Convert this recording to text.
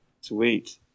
Sweet